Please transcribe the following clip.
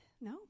No